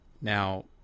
now